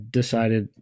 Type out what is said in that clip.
decided